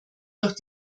durch